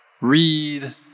read